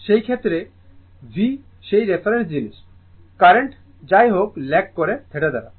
সেই ক্ষেত্রেও V সেই রেফারেন্স জিনিস কারেন্ট যাই হোক ল্যাগ করে θ দ্বারা